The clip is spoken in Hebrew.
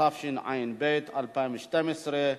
התשע"ב 2012,